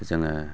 जोङो